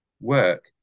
work